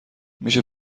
میشه